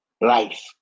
life